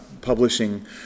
Publishing